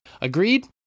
Agreed